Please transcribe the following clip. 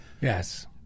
Yes